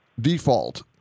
default